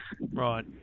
Right